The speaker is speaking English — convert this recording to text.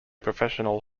professional